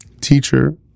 Teacher